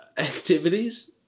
activities